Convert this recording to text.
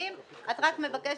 את רק מבקשת,